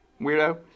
Weirdo